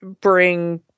bring